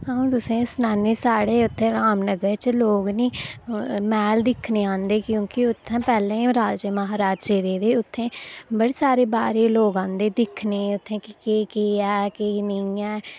तुसें ई सनानी साढ़े उत्थै रामनगर च लोक निं मैह्ल दिक्खने ई औंदे क्योंकि उत्थै पैह्लें राजे महाराजे रेह् दे उत्थै बड़े सारे बाह्रे दे लोक औंदे दिक्खने ई उत्थै केह् केह् ऐ केह् केह् नेईं ऐ